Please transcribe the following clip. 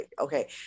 okay